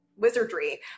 wizardry